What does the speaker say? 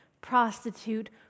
prostitute